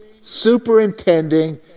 superintending